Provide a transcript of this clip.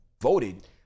Voted